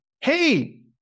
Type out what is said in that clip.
Hey